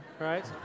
right